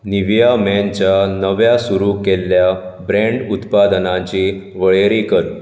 Nivea मेनच्या नव्या सुरू केल्ल्या ब्रँड उत्पादनांची वळेरी कर